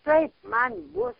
kaip man bus